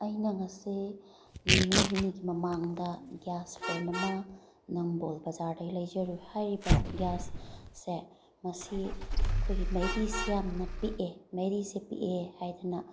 ꯑꯩꯅ ꯉꯁꯤ ꯅꯤꯅꯤ ꯍꯨꯝꯅꯤꯒꯤ ꯃꯃꯥꯡꯗ ꯒ꯭ꯌꯥꯁ ꯐ꯭ꯔꯦꯝ ꯑꯃ ꯅꯝꯕꯣꯜ ꯕꯖꯥꯔꯗꯒꯤ ꯂꯧꯖꯔꯨꯏ ꯍꯥꯏꯔꯤꯕ ꯒ꯭ꯋꯥꯁꯁꯦ ꯉꯁꯤ ꯑꯩꯈꯣꯏꯒꯤ ꯃꯩꯔꯤꯁꯦ ꯌꯥꯝꯅ ꯄꯤꯛꯑꯦ ꯃꯩꯔꯤꯁꯦ ꯄꯤꯛꯑꯦ ꯍꯥꯏꯗꯅ